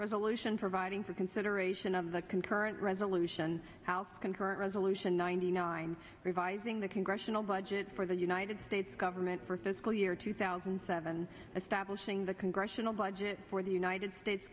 resolution providing for consideration of the concurrent resolution house concurrent resolution ninety nine revising the congressional budget for the united states government for fiscal year two thousand and seven establishing the congressional budget for the united states